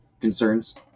concerns